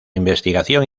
investigación